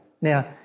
Now